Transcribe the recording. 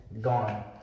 gone